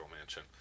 mansion